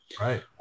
right